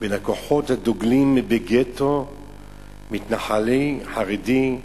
בין הכוחות הדוגלים בגטו מתנחלי, חרדי,